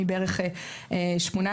מ-18,